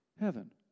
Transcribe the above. heaven